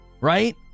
right